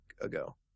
ago